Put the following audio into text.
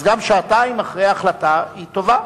גם שעתיים אחרי ההחלטה היא טובה,